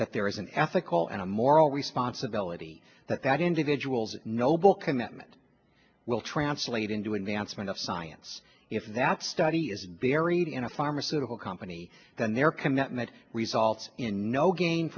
that there is an ethical and moral responsibility that that individual's noble commitment will translate into advancement of science if that study is buried in a pharmaceutical company then their commitment resolves in no ga